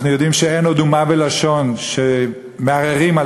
אנחנו יודעים שאין עוד אומה ולשון שמערערים על